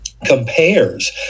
compares